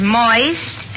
moist